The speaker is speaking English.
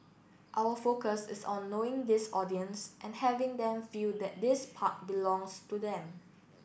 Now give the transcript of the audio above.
our focus is on knowing this audience and having them feel that this park belongs to them